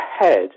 ahead